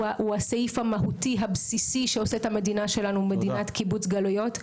הוא הסעיף המהותי הבסיסי שעושה את המדינה שלנו מדינת קיבוץ גלויות.